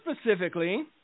specifically